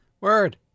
Word